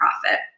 profit